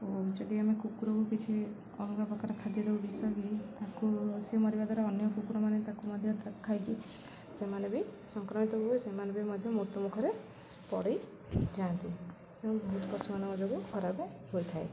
ଓ ଯଦି ଆମେ କୁକୁରକୁ କିଛି ଅଲଗା ପ୍ରକାର ଖାଦ୍ୟ ଦଉ ବିଷ କି ତାକୁ ସେ ମରିବା ଦ୍ୱାରା ଅନ୍ୟ କୁକୁରମାନେ ତାକୁ ମଧ୍ୟ ଖାଇକି ସେମାନେ ବି ସଂକ୍ରାମିତ ହୁଏ ସେମାନେ ବି ମଧ୍ୟ ମୃତ୍ୟୁମୁଖରେ ପଡ଼ି ଯାଆନ୍ତି ତଣୁ ବହୁତ ପଶୁମାନଙ୍କ ଯୋଗୁଁ ଖରାପ ହୋଇଥାଏ